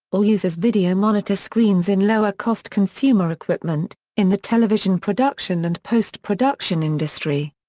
or use as video monitor screens in lower-cost consumer equipment, in the television production and post-production industry.